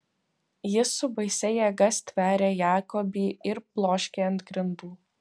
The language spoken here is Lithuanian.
jis su baisia jėga stveria jakobį ir bloškia ant grindų